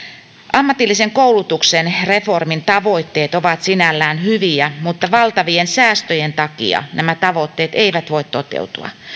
ammatillisen koulutuksen reformin tavoitteet ovat sinällään hyviä mutta valtavien säästöjen takia nämä tavoitteet eivät voi toteutua